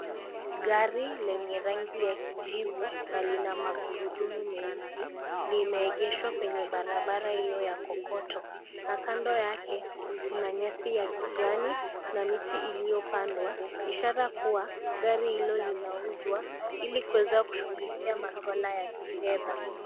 Gari lenye rangi ya kijivu na lina magurudumu meusi limeegeshwa kwenye barabara hiyo ya kokoto na kando yake kuna nyasi ya kijani na miti iliyo pandwa, ishara kuwa gari hilo linauzwa ili kuweza kushughulikia maswala ya kifedha.